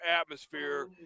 atmosphere